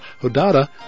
Hodada